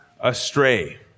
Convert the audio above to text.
astray